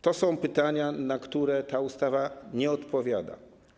To są pytania, na które ta ustawa nie odpowiada.